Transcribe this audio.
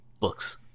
books